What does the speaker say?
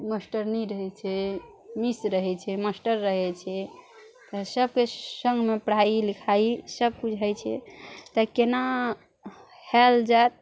मास्टरनी रहय छै मिस रहय छै मास्टर रहय छै तऽ सबके सङ्गमे पढ़ाइ लिखाइ सबकुछ होइ छै तऽ केना होयल जएत